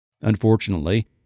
unfortunately